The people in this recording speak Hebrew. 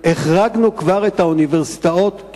החרגנו כבר את האוניברסיטאות,